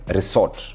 Resort